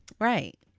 Right